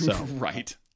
Right